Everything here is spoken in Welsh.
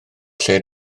lle